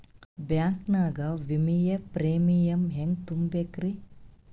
Bank ನಾಗ ವಿಮೆಯ premium ಹೆಂಗ್ ತುಂಬಾ ಬೇಕ್ರಿ?